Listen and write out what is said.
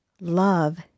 love